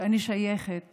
שאני שייכת